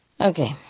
Okay